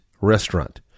restaurant